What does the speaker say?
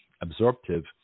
absorptive